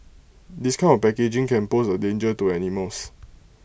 this kind of packaging can pose A danger to animals